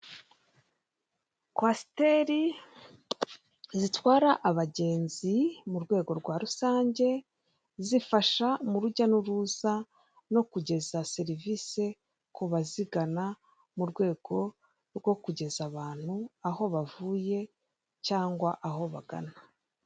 Kwasiteri zitwara abagenzi mu rwego rwa rusange, zifasha mu rujya n'uruza no kugeza serivisi ku bazigana mu rwego rwo kugeza abantu aho bavuye cyangwa aho bagana.